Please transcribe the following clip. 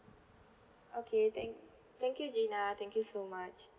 okay thank thank you gina thank you so much